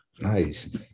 Nice